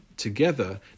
Together